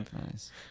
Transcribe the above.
nice